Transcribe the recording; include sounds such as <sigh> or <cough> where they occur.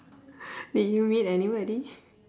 did you meet anybody <laughs>